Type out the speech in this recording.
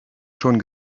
schon